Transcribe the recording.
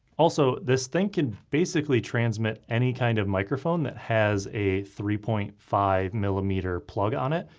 also, this thing can basically transmit any kind of microphone that has a three point five millimeter plug on it.